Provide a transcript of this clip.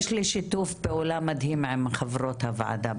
יש לי שיתוף פעולה מדהים עם חברות הוועדה.